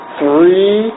three